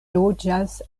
loĝas